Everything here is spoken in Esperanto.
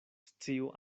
sciu